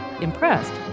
Impressed